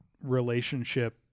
relationship